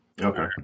Okay